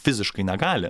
fiziškai negali